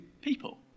people